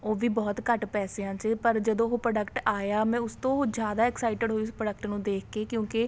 ਉਹ ਵੀ ਬਹੁਤ ਘੱਟ ਪੈਸਿਆਂ 'ਚ ਪਰ ਜਦੋਂ ਉਹ ਪਰੋਡਕਟ ਆਇਆ ਮੈਂ ਉਸ ਤੋਂ ਜ਼ਿਆਦਾ ਐਕਸਾਈਟਿਡ ਹੋਈ ਸੀ ਪਰੋਡਕਟ ਨੂੰ ਦੇਖ ਕੇ ਕਿਉਂਕਿ